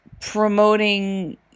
promoting